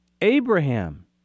Abraham